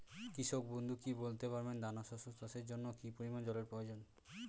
কৃষক বন্ধু কি বলতে পারবেন দানা শস্য চাষের জন্য কি পরিমান জলের প্রয়োজন?